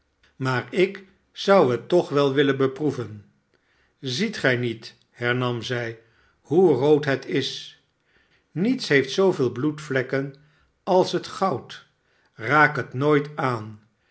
maar ik zou het toch wel willen beproeven ziet gij niet hernam zij shoe rood het is niets heeft zooveel bloedvlekken als het goud raak het nooit aan